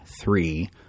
three